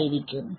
ആയിരിക്കും